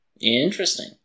Interesting